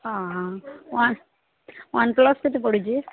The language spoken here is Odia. ଅ ହଁ ଓ୍ୱାନ୍ ୱାନ୍ ପ୍ଲସ୍ କେତେ ପଡ଼ୁଛି